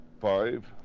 five